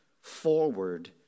forward